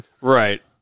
Right